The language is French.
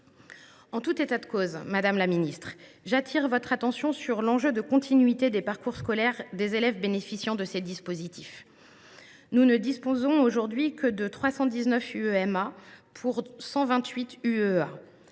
En tout état de cause, madame la ministre, j’attire votre attention sur l’enjeu de continuité des parcours scolaires des élèves bénéficiant de ces dispositifs. Nous ne disposons aujourd’hui que de 128 UEEA pour 319 UEMA.